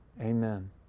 Amen